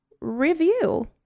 review